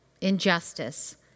injustice